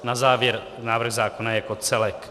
Na závěr návrh zákona jako celek.